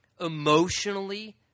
emotionally